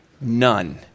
None